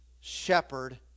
shepherd